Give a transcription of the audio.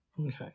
okay